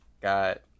got